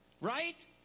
right